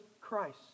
Christ